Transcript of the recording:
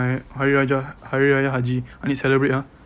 my hari raya hari raya haji I need celebrate ah